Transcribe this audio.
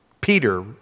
Peter